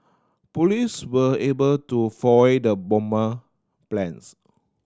police were able to foil the bomber plans